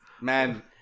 Man